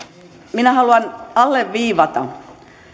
minä haluan alleviivata